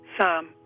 Sam